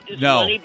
No